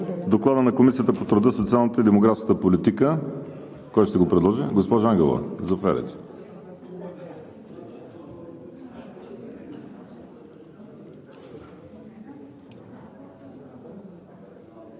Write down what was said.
Доклад на Комисията по труда, социалната и демографската политика – кой ще го представи? Госпожо Ангелова, заповядайте.